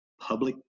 Public